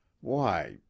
Why